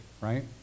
right